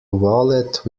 wallet